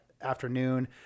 afternoon